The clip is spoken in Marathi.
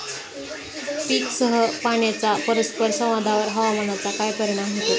पीकसह पाण्याच्या परस्पर संवादावर हवामानाचा काय परिणाम होतो?